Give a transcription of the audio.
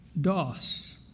Doss